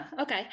Okay